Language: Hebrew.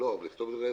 ברור,